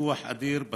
פיתוח אדיר בתשתיות,